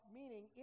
meaning